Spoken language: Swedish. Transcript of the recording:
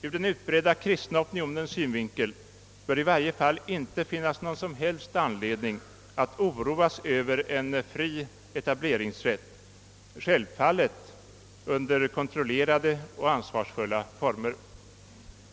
Ur den utbredda kristna opinionens synvinkel bör det i varje fall inte finnas någon som helst anledning att oroas över en fri etableringsrätt, självfallet under kontrollerade och ansvarsfulla former.